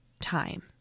time